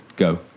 Go